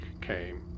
came